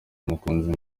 mukunzi